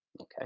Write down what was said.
Okay